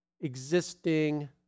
existing